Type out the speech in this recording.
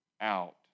out